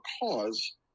cause